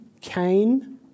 Cain